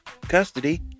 custody